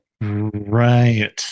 right